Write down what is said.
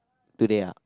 today ah